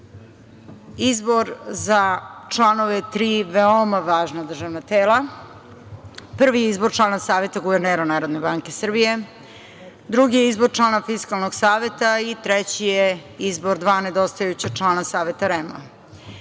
izbor za članove tri veoma važna državna tela. Prvi je izbor člana Saveta guvernera Narodne banke Srbije, drugi je izbor člana Fiskalnog saveta i treći je izbor dva nedostajuća člana Saveta